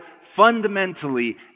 fundamentally